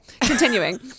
continuing